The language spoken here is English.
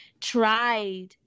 tried